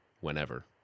whenever